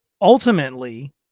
ultimately